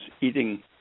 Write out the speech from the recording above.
eating